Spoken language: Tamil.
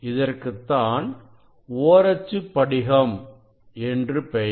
இதற்குத்தான் ஓரச்சுப் படிகம் என்று பெயர்